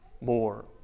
more